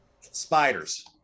spiders